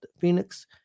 Phoenix